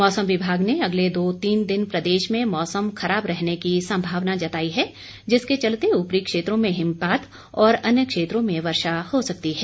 मौसम विभाग ने अगले दो तीन दिन प्रदेश में मौसम खराब रहने की संभावना जताई है जिसके चलते ऊपरी क्षेत्रों में हिमपात और अन्य क्षेत्रों में वर्षा हो सकती है